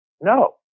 No